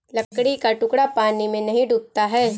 लकड़ी का टुकड़ा पानी में नहीं डूबता है